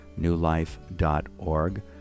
newlife.org